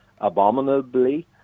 abominably